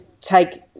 take